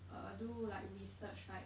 uh do like research right